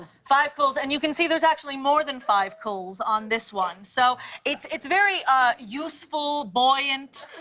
five cles. and you can see there's actually more than five cles on this one. so it's it's very ah useful, buoyant.